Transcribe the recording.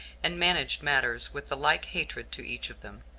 and managed matters with the like hatred to each of them.